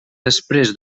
després